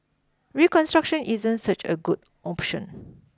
reconstruction isn't such a good option